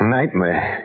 Nightmare